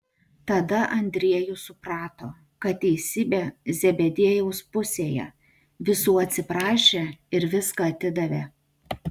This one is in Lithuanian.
tada andriejus suprato kad teisybė zebediejaus pusėje visų atsiprašė ir viską atidavė